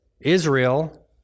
israel